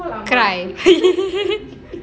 cry